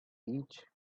each